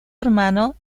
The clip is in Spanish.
hermano